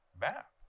map